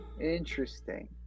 Interesting